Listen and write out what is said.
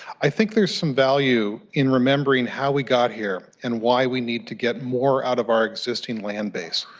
i think there is value value in remembering how we got here and why we need to get more out of our existing land base.